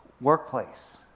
workplace